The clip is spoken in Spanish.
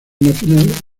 nacional